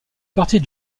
partie